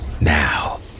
now